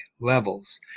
levels